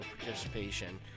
participation